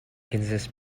consist